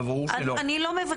בבירור לא,